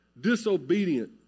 disobedient